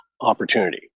opportunity